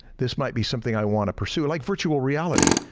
this might be something i wanna pursue, like virtual reality.